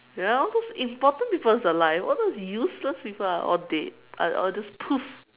ya all those important people's alive all those useless people are all dead are all just poof